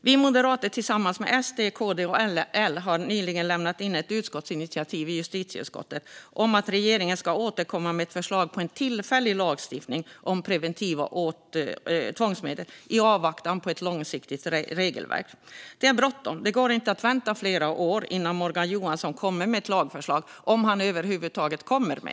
Vi moderater, tillsammans med SD, KD och L, lämnade nyligen in ett förslag till utskottsinitiativ i justitieutskottet om att regeringen ska återkomma med ett förslag på en tillfällig lagstiftning om preventiva tvångsmedel i avvaktan på ett långsiktigt regelverk. Det är bråttom, det går inte att vänta i flera år innan Morgan Johansson kommer med ett lagförslag, om han över huvud taget gör det alls.